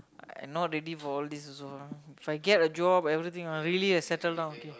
I not ready for all these also ah If I get a job everything ah really I settle down okay